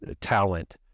talent